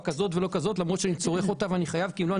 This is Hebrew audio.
כזאת וכזאת למרות שהוא צורך אותה והוא חייב לקחת אותה כי אם לא,